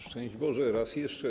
Szczęść Boże raz jeszcze.